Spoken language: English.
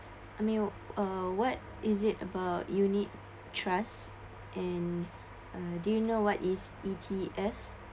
I mean uh what is it about unit trust and(uh) do you know what is E_T_S